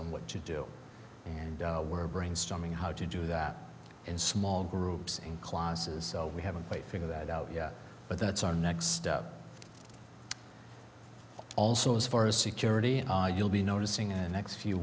on what to do and we're brainstorming how to do that in small groups in claus's so we haven't quite figured that out yet but that's our next step also as far as security and you'll be noticing it next few